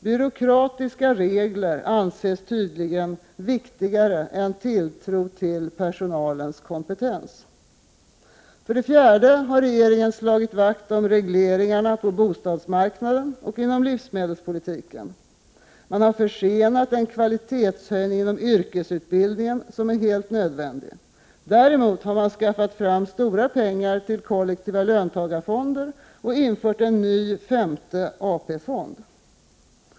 Byråkratiska regler anses tydligen viktigare än tilltro till personalens kompetens. För det fjärde har regeringen slagit vakt om regleringarna på bostadsmarknaden och inom livsmedelspolitiken. Man har försenat den kvalitetshöjning inom yrkesutbildningen som är helt nödvändig. Däremot har man skaffat fram stora pengar till kollektiva löntagarfonder och infört en ny femte AP-fond.